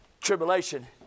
tribulation